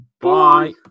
Bye